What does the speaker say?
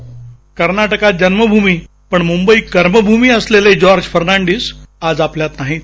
voice कास्ट कर्नाटकात जन्मभूमी पण मुंबई कर्मभूमी असलेले जॉर्ज फर्नांडिस आज आपल्यात नाहीत